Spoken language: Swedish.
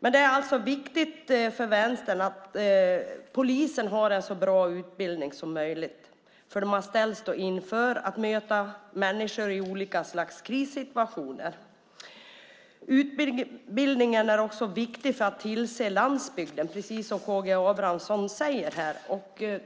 Det är viktigt för Vänstern att polisen har en så bra utbildning som möjligt eftersom de ställs inför att möta människor i olika krissituationer. Utbildningen är också viktig för att tillgodose landsbygden, precis som K G Abramsson säger.